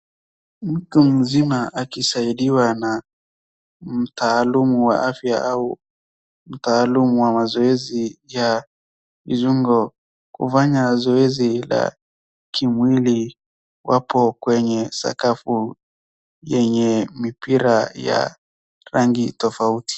Mtu mzima akisaidiwa na mtaalumu wa afya au mtaalumu wa mazoezi ya viungo kufanya zoezi la kimwili wapo kwenye sakafu yenye mipira ya rangi tofauti.